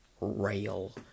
rail